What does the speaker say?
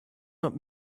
not